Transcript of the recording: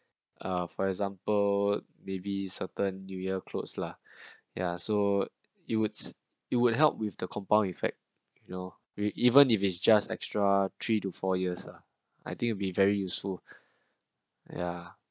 uh for example baby certain new year clothes lah ya so it would it would help with the compound effect you know we even if it's just extra three to four years ah I think it'd be very useful ya